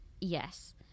yes